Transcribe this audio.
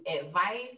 advice